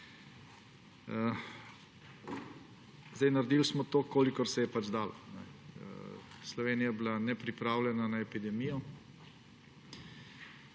tempo. Naredili smo toliko, kolikor se je pač dalo. Slovenija je bila nepripravljena na epidemijo.